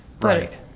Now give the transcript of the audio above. Right